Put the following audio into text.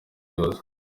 yose